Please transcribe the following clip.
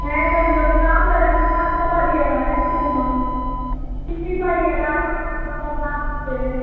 হ্যাঁ এসেছিলো কিন্তু আমরা জানিস নাচতে পারিয়ে নাই একটু কোনো কিছুই পারিয়ে না নাসচে